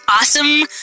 awesome